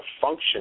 function